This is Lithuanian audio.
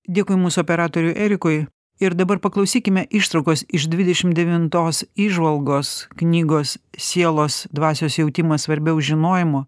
dėkui mūsų operatoriui erikui ir dabar paklausykime ištraukos iš dvidešimt devintos įžvalgos knygos sielos dvasios jautimas svarbiau žinojimo